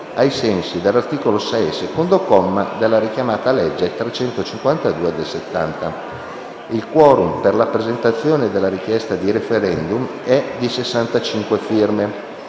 ai sensi dell'articolo 6, secondo comma, della richiamata legge n. 352 del 1970. Il *quorum* per la presentazione della richiesta di *referendum* è di 65 firme.